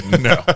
no